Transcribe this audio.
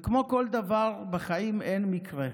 וכמו כל דבר בחיים, אין מקרה.